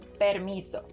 permiso